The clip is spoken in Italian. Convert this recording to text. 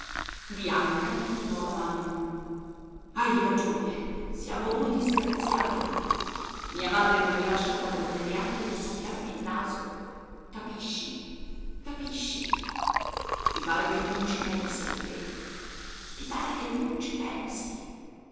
bianca gli fermò la mano hai ragione siamo due disgraziati mia madre non mi lascia padrone neanche di soffiarmi il naso capisci capisci ti pare che non ci pensi a te ti pare che non ci pensi